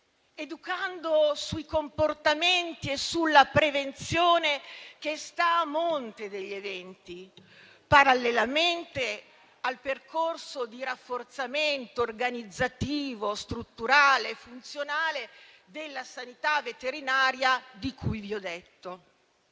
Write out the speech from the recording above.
educando sui comportamenti e sulla prevenzione che sta a monte degli eventi, parallelamente al percorso di rafforzamento organizzativo, strutturale e funzionale della sanità veterinaria, di cui vi ho detto.